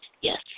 Yes